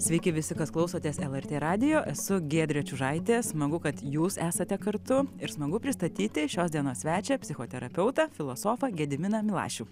sveiki visi kas klausotės lrt radijo esu giedrė čiužaitė smagu kad jūs esate kartu ir smagu pristatyti šios dienos svečią psichoterapeutą filosofą gediminą milašių